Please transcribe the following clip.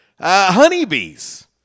Honeybees